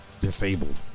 disabled